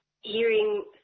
hearing